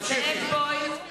(קוראת בשמות חברי הכנסת)